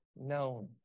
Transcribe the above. known